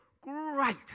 Great